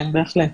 כן, בהחלט.